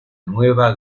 nueva